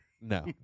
No